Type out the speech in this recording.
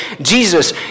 Jesus